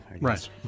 Right